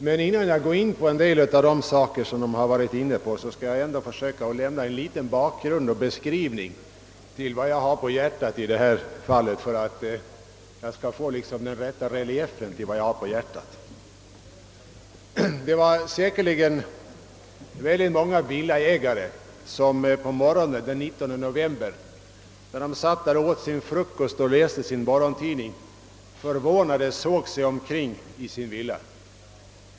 Men innan jag går in på vad som anförts skall jag, för att få den rätta reliefen, försöka ge en bakgrund till vad jag har att andraga. Det var säkerligen många villaägare som på morgonen den 19 november, när de satt och åt frukost och läste sin morgontidning, förvånade såg sig omkring.